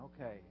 okay